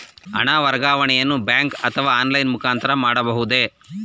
ಹಣ ವರ್ಗಾವಣೆಯನ್ನು ಬ್ಯಾಂಕ್ ಅಥವಾ ಆನ್ಲೈನ್ ಮುಖಾಂತರ ಮಾಡಬಹುದೇ?